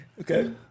Okay